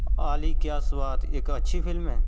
अली क्या स्वाद इक अच्छी फिल्म ऐ